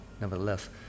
nevertheless